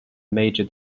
major